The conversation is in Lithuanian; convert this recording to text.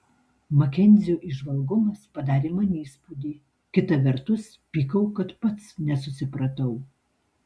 makenzio įžvalgumas padarė man įspūdį kita vertus pykau kad pats nesusipratau